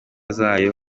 zayo